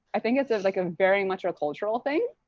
i think it's it's like ah very much a cultural thing.